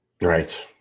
Right